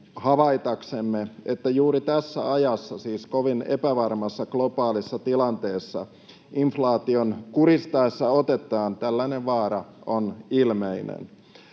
havaitaksemme, että juuri tässä ajassa — siis kovin epävarmassa globaalissa tilanteessa — inflaation kuristaessa otettaan tällainen vaara on ilmeinen.